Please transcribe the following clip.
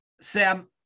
Sam